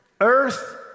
Earth